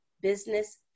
business